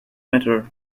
matter